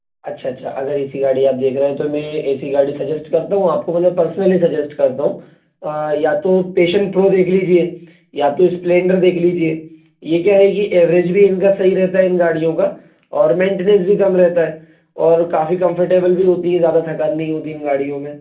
अच्छा अच्छा अगर ऐसी गाड़ी आप देख रहे हैं तो मैं ऐसी गाड़ी सजेस्ट करता हूँ आपको मतलब पर्सनली सजेस्ट करता हूँ या तो पैशन प्रो देख लीजिए या तो स्प्लेंडर देख लीजिए ये क्या है ये ऐव्रेज भी इनका सही रहता है इन गाड़ियों का और मेंटेनेन्स भी कम रहता है और काफ़ी कम्फ़र्टेबल भी होतीं हैं ज़्यादा थकान नहीं होती इन गाड़ियों में